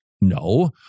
No